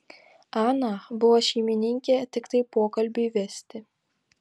ana buvo šeimininkė tiktai pokalbiui vesti